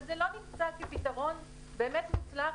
אבל זה לא נמצא כפתרון באמת מוצלח.